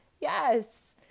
yes